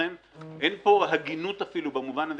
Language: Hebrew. ולכן אין פה הגינות אפילו במובן הזה